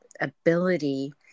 ability